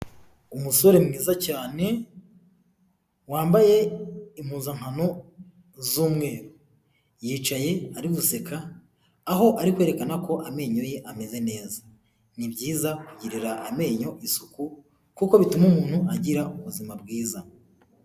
Umusore mwiza cyane wambaye impuzankano z'umweru yicaye ari guseka, aho ari kwerekana ko amenyo ye ameze neza. Ni byiza kugirira amenyo isuku kuko bituma umuntu agira ubuzima bwiza.